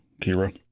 Kira